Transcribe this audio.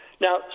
Now